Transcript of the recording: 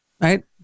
right